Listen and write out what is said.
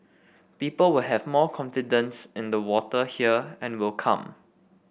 people will have more confidence in the water here and will come